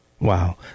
Wow